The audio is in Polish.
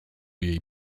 jej